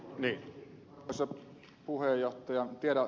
en tiedä ehkä se tulee ed